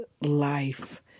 life